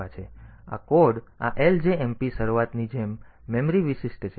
તેથી આ કોડ આ ljmp શરૂઆતની જેમ મેમરી વિશિષ્ટ છે